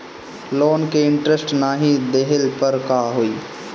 Loan के interest नाही देहले पर का होई?